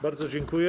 Bardzo dziękuję.